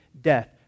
death